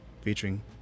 featuring